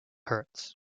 hurts